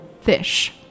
fish